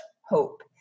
hope